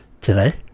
today